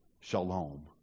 shalom